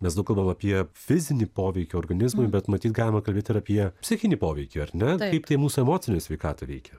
mes daug kalbam apie fizinį poveikį organizmui bet matyt galima kalbėt ir apie psichinį poveikį ar ne kaip tai mūsų emocinę sveikatą veikia